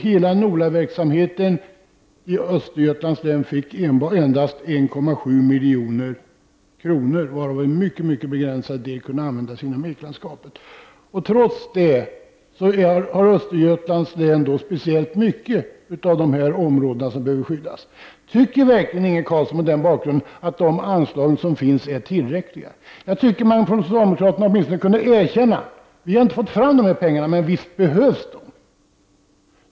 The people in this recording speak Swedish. Hela NOLA-verksamheten i Östergötlands län fick endast 1,7 milj.kr., varav en mycket begränsad del kunde användas inom eklandskapet. Trots detta finns det i Östergötland speciellt mycket av dessa områden som behöver skyddas. Tycker verkligen Inge Carlsson att de anslag som finns mot denna bakgrund är tillräckliga? Jag tycker att socialdemokraterna åtminstone borde erkänna att pengarna verkligen behövs, fastän de inte har kunnat få fram dem.